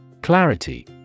Clarity